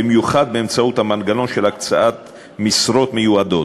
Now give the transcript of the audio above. במיוחד באמצעות המנגנון של הקצאת משרות מיועדות.